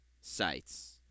sites